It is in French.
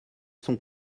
sont